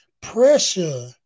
pressure